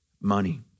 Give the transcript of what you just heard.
money